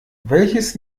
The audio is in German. welches